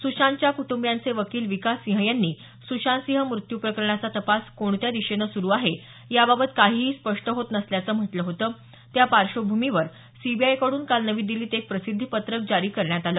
सुशांतच्या कुटुंबियांचे वकील विकास सिंह यांनी सुशांतसिंह मृत्यू प्रकरणाचा तपास कोणत्या दिशेनं सुरू आहे याबाबत काहीही स्पष्ट होत नसल्याचं म्हटलं होतं त्या पार्श्वभूमीवर सीबीआयकडून काल नवी दिल्लीत एक प्रसिद्धी पत्रक जारी करण्यात आलं